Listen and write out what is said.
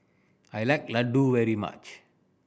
I like Ladoo very much